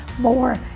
more